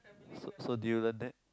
so so do you learn that